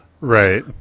Right